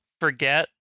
forget